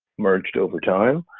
emerged over time.